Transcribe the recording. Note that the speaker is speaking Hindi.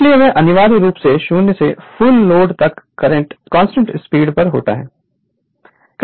इसलिए वे अनिवार्य रूप से 0 से फुल लोड तक कांस्टेंट स्पीड पर होता हैं